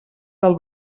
del